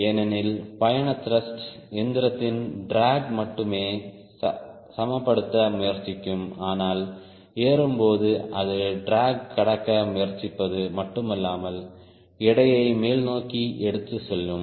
ஏனெனில் பயண த்ருஷ்ட் இயந்திரத்தின் ட்ராக் மட்டுமே சமப்படுத்த முயற்சிக்கும் ஆனால் ஏறும் போது அது ட்ராக் கடக்க முயற்சிப்பது மட்டுமல்லாமல் எடையை மேல்நோக்கி எடுத்துச் செல்லும்